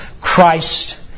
Christ